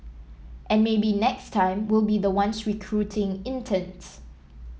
and maybe next time we'll be the ones recruiting interns